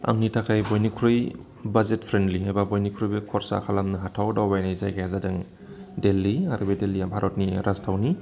आंनि थाखाय बयनिख्रुइ बाजेट फ्रेन्डलि एबा बयनिख्रुइबो खरसा खालामनो हाथाव दावबायनाय जायगाया जादों दिल्ली आरो बे दिल्लीया भारतनि राजथावनि